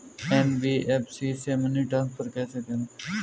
NBFC से money transfer कैसे करें?